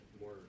more